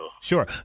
Sure